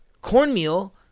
Cornmeal